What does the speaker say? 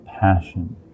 passion